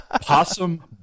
Possum